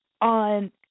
on